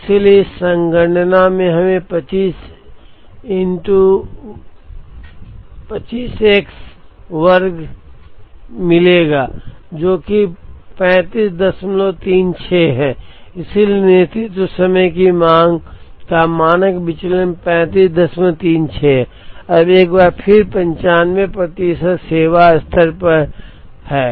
इसलिए इस संगणना से हमें 25 X वर्ग 2 मिलेगा जो कि 3536 है इसलिए नेतृत्व समय की मांग का मानक विचलन 3536 है और अब एक बार फिर 95 प्रतिशत सेवा स्तर पर है